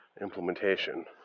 implementation